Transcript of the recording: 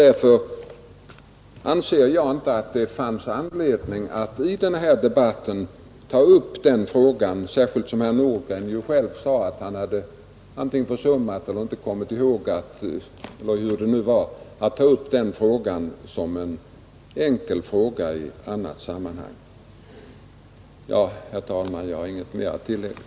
Därför anser jag att det inte JfÖr vissa arbets finns anledning att i denna debatt beröra saken, särskilt som herr Nordgren själv sade att han försummat — eller hur orden föll — att ta upp den som en enkel fråga i annat sammanhang. Herr talman! Jag har intet mer att tillägga.